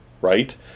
right